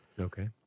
Okay